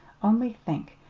only think!